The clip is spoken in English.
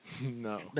No